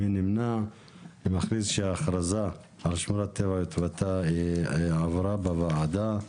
הצבעה האכרזה אושרה אני מכריז שהאכרזה על שמורת טבע יטבתה עברה בוועדה.